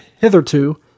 hitherto